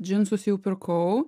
džinsus jau pirkau